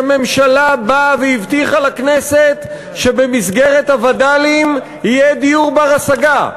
הממשלה באה והבטיחה לכנסת שבמסגרת הווד"לים יהיה דיור בר-השגה,